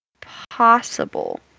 possible